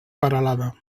peralada